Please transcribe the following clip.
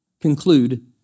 conclude